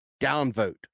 Downvote